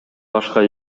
башка